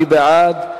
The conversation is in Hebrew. מי בעד?